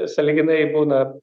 sąlyginai būna